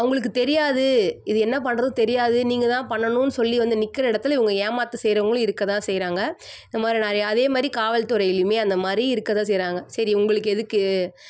அவங்களுக்கு தெரியாது இது என்ன பண்ணுறதுன்னு தெரியாது நீங்கள் தான் பண்ணணும்னு சொல்லி வந்து நிற்கிற இடத்துல இவங்க ஏமாற்று செய்கிறவங்களும் இருக்கதான் செய்கிறாங்க இந்த மாதிரி நிறையா அதே மாதிரி காவல்துறையிலுமே அந்த மாதிரி இருக்கதான் செய்கிறாங்க சரி உங்களுக்கு எதுக்கு